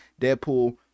deadpool